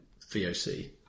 VOC